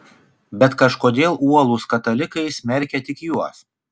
bet kažkodėl uolūs katalikai smerkia tik juos